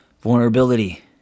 Vulnerability